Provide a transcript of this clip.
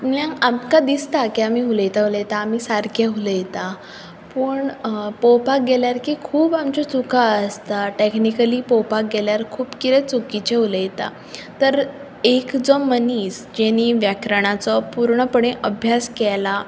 आमकां दिसता की आमी उलयता उलयता आमी सारके उलयता पूण पळोवपाक गेल्यार की खूब आमच्यो चुको आसतात टॅकनिकली पळोवपाक गेल्यार खूब कितें चुकीचें उलयता तर एक जो मनीस जाणें व्याकरणाचो पूर्णपणी अभ्यास केला